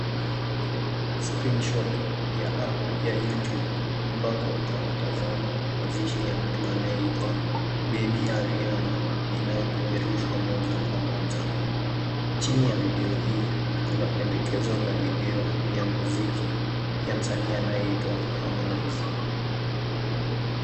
cs[Screenshot]cs ya cs[app]cs ya cs[youtube]cs ambako mtu anatazama mazishi ya mtu anayeitwa cs[Baby Ariana]cs, inayopeperushwa moja kwa moja. Chini ya video hii, kuna pendekezo la video ya muziki ya msanii anayeitwa cs[Harmonize]cs.